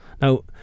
now